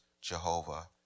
Jehovah